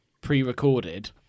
pre-recorded